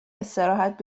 استراحت